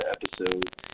episode